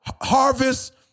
harvest